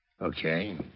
Okay